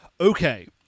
Okay